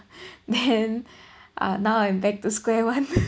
then uh now I'm back to square one